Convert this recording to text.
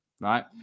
Right